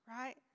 Right